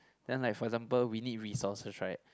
then like for example we need resources right